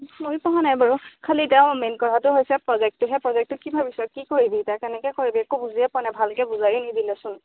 ময়ো পঢ়া নাই বাৰু খালি এতিয়া মেইন কথাটো হৈছে প্ৰজেক্টটোহে প্ৰজেক্টটো কি ভাবিছোঁ কি কৰিবি এতিয়া কেনেকে কৰিবি একো বুজিয় পোৱা নাই ভালকে বুজাই নিদিলেচোন